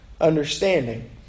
understanding